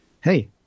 hey